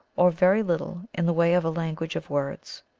or very little, in the way of a language of words.